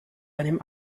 einem